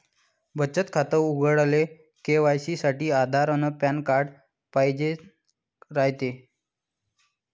बचत खातं उघडाले के.वाय.सी साठी आधार अन पॅन कार्ड पाइजेन रायते